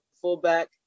fullback –